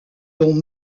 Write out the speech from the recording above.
dont